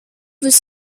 was